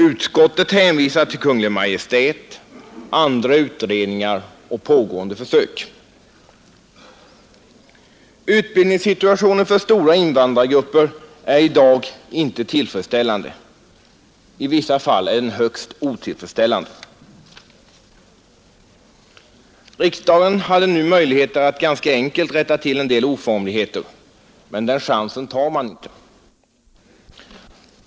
Utskottet hänvisar till Kungl. Maj:t, andra utredningar och pågående försök. Utbildningssituationen för stora invandrargrupper är i dag inte tillfredsställande, i vissa områden är den högst otillfredsställande. Riksdagen hade nu möjligheter att ganska enkelt rätta till en del oformligheter, men den chansen tar man inte.